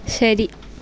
ശരി